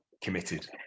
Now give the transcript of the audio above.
committed